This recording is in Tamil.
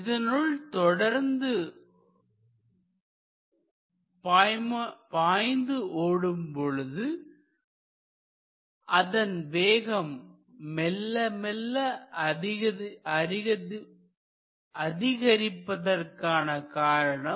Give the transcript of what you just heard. இதனுள் தொடர்ந்து பாய்ந்து ஓடும்பொழுது அதன் வேகம் மெல்ல அதிகரிப்பதற்கான காரணம்